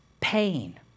pain